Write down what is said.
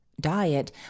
diet